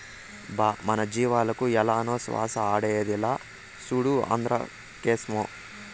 బా మన జీవాలకు ఏలనో శ్వాస ఆడేదిలా, సూడు ఆంద్రాక్సేమో